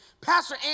Pastor